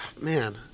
man